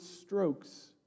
strokes